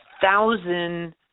thousand